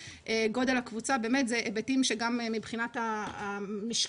גודל הקבוצה אלה היבטים שגם מבחינת המשקל